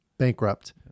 bankrupt